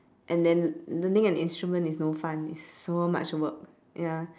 and then learning an instrument is no fun is so much work ya